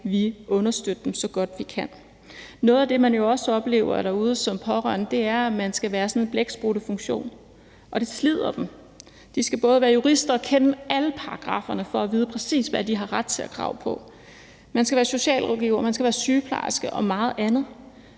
vi understøtte dem, så godt vi kan. Noget af det, man jo også oplever derude som pårørende, er, at man skal være sådan en blæksprutte, og det slider på dem. De skal både være jurister og kende alle paragrafferne for at vide, præcis hvad de har ret til og krav på. Man skal være socialrådgiver, og man skal være sygeplejerske og meget andet.